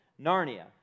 Narnia